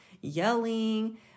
yelling